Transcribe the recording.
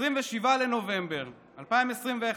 27 בנובמבר 2021,